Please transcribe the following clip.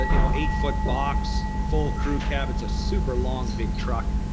ah you know eight foot box full crew cab. it's a super long, big truck.